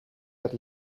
het